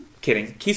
Kidding